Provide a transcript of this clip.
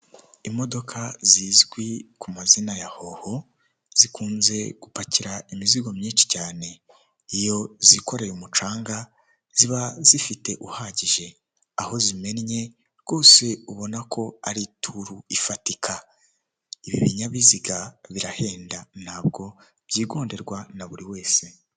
Imodoka zizwi ku mazina ya hoho, zikunze gupakira imizigo myinshi cyane. Iyo zikoreye umucanga, ziba zifite uhagije. Aho zimennye, rwose ubona ko ari ituru ifatika. Ibi binyabiziga birahenda, ntabwo byigonderwa na buri wese.